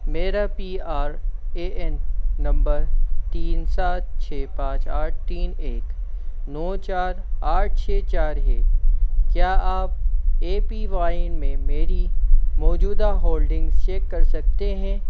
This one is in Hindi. मेरा P R A N number तीन सात छ पाँच आठ तीन एक नौ चार आठ छ चार है क्या आप ए पी वाई में मेरी मौजूदा होल्डिंग्स चेक कर सकते हें